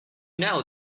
know